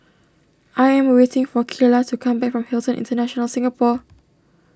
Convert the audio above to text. I am waiting for Keila to come back from Hilton International Singapore